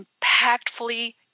impactfully